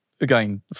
again